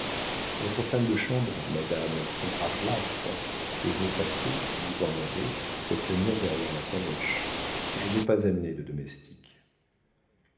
votre femme de chambre madame trouvera place et vos paquets si vous en avez peuvent tenir derrière la calèche je n'ai pas amené de domestique